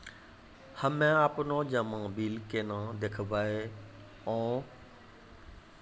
हम्मे आपनौ जमा बिल केना देखबैओ?